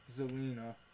Zelina